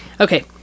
Okay